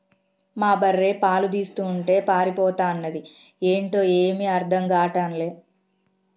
మా బర్రె పాలు తీస్తుంటే పారిపోతన్నాది ఏంటో ఏమీ అర్థం గాటల్లే